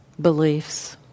beliefs